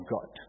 God